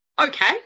okay